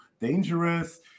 dangerous